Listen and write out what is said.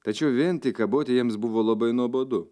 tačiau vien tik kaboti jiems buvo labai nuobodu